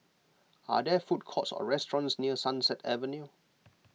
are there food courts or restaurants near Sunset Avenue